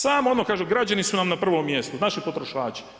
Samo ono kaže građani su nam na prvom mjestu, naši potrošači.